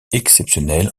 exceptionnelle